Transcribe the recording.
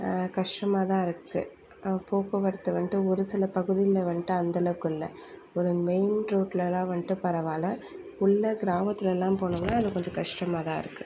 கஷ்டமாக தான் இருக்கு போக்குவரத்து வந்துட்டு ஒரு சில பகுதியில் வந்துட்டு அந்தளவுக்கு இல்லை ஒரு மெயின் ரோட்லலாம் வந்துட்டு பரவாயில்ல உள்ளே கிராமத்துலலாம் போனோம்னா இன்னும் கொஞ்சம் கஷ்டமாக தான் இருக்குது